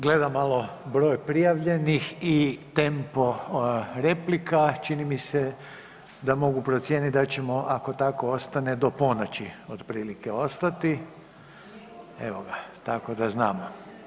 Gledam malo broj prijavljenih i tempo replika, čini mi se da mogu procijeniti da ćemo ako tako ostane do ponoći otprilike ostati, evo ga tako da znamo.